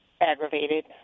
aggravated